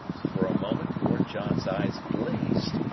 for a moment lord john's eyes blazed,